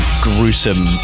gruesome